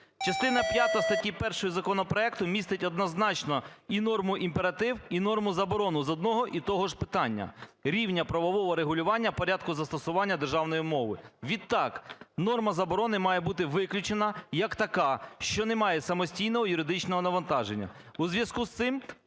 Частина п'ята статті 1 законопроекту містить однозначно і норму-імператив, і норму-заборону з одного і того ж питання: рівня правового регулювання порядку застосування державної мови. Відтак, норма заборони має бути виключена як така, що не має самостійного юридичного навантаження. У зв'язку з цим